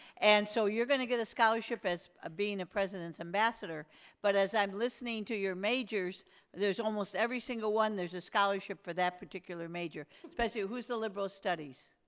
and so you're gonna get a scholarship as ah being a president's ambassador but as i'm listening to your majors there's almost every single one there's a scholarship for that particular major, especially who's the liberal studies?